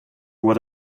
what